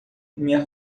minha